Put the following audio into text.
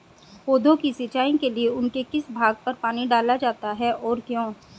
पौधों की सिंचाई के लिए उनके किस भाग पर पानी डाला जाता है और क्यों?